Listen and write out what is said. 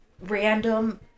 random